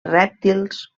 rèptils